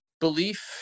belief